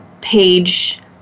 page